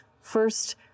first